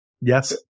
Yes